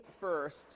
first